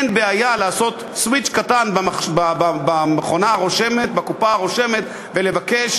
אין בעיה לעשות סוויץ' קטן בקופה הרושמת ולבקש